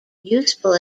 useful